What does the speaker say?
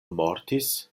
mortis